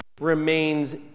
Remains